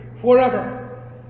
forever